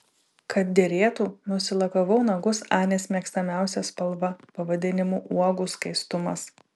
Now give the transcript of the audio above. kad derėtų nusilakavau nagus anės mėgstamiausia spalva pavadinimu uogų skaistumas